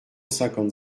cinquante